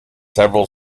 several